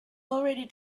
already